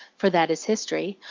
for that is history,